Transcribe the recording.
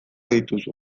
dituzu